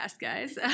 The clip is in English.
guys